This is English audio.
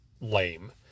lame